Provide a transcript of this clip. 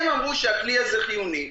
הם אמרו שהכלי הזה חיוני.